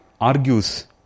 argues